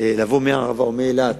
לבוא מהערבה או מאילת